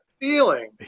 feeling